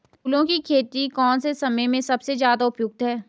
फूलों की खेती कौन से समय में सबसे ज़्यादा उपयुक्त है?